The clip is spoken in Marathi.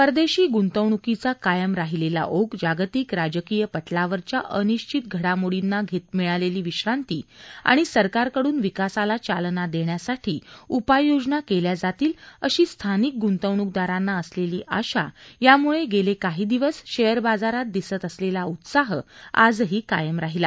परदेशी गूंतवणूकीचा कायम राहिलेला ओघ जागतिक राजकीय पटलावरच्या अनिश्चित घडामोडींनी घेतलेली विश्रांती आणि सरकारकड़न विकासाला चालना देण्यासाठी उपाययोजना केल्या जातील अशी स्थानिक ग्रंतवणूकदारांना असलेली आशा यामुळे गेले काही दिवस शेअर बाजारात दिसत असलेला उत्साह आजही कायम राहिला